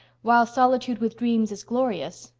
while solitude with dreams is glorious,